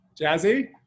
Jazzy